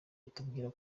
itubwira